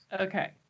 Okay